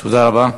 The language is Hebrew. תודה רבה.